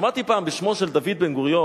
שמעתי פעם, בשמו של דוד בן-גוריון,